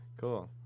Cool